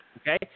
Okay